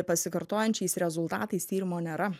pasikartojančiais rezultatais tyrimo nėra